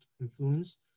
influence